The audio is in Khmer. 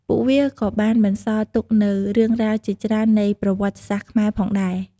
ពួកវាក៏បានបន្សល់ទុកនូវរឿងរ៉ាវជាច្រើននៃប្រវត្តិសាស្ត្រខ្មែរផងដែរ។